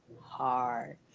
hard